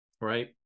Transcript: right